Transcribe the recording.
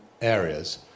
areas